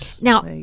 Now